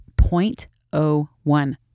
0.01